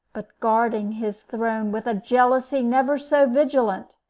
but guarding his throne with a jealousy never so vigilant,